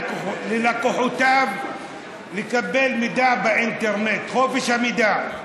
ללקוחותיו לקבל מידע באינטרנט" חופש המידע.